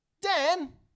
Dan